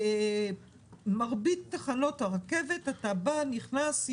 במרבית תחנות הרכבת אתה נכנס,